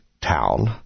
town